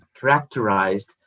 characterized